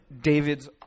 David's